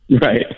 right